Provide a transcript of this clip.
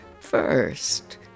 First